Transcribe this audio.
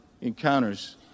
encounters